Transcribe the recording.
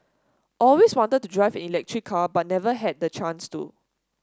always wanted to drive an electric car but never had the chance to